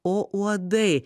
o uodai